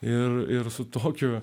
ir ir su tokiu